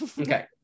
Okay